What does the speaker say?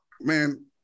Man